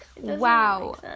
Wow